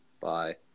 Bye